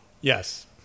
Yes